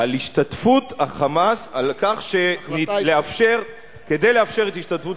על השתתפות ה"חמאס" כדי לאפשר את השתתפות